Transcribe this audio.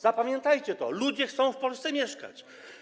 Zapamiętajcie to: ludzie chcą w Polsce mieszkać.